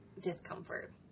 discomfort